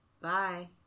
Bye